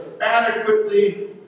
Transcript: adequately